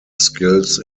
skills